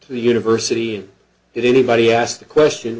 to the university and if anybody asked the question